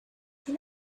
can